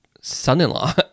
son-in-law